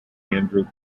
andrew